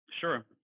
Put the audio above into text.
Sure